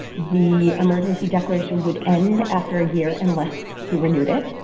the emergency declaration would end after a year unless he renewed it.